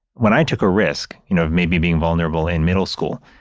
when i took a risk you know of maybe being vulnerable in middle school.